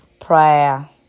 prayer